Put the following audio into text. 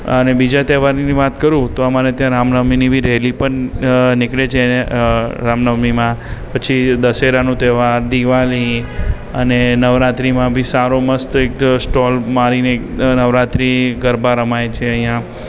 અને બીજા તહેવારની વાત કરું તો આમારે ત્યાં રામ નવમીની બી રેલી પણ નીકળે છે અ રામ નવમીમાં પછી દશેરાનો તહેવાર દિવાળી અને નવરાત્રીમાં બી સારો મસ્ત એક સ્ટોલ મારીને નવરાત્રી ગરબા રમાય છે અહીંયા